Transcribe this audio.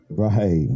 right